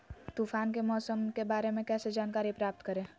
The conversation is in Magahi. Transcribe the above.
तूफान के मौसम के बारे में कैसे जानकारी प्राप्त करें?